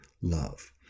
love